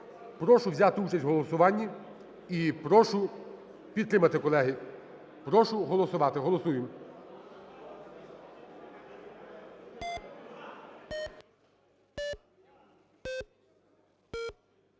Прошу взяти участь в голосуванні і прошу підтримати, колеги. Прошу голосувати. Голосуємо.